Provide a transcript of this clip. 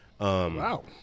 Wow